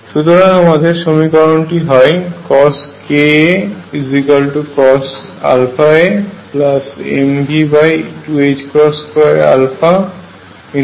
সুতরাং আমাদের সমীকরণটি হয় CoskaCosαamV22α Sinαa